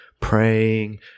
praying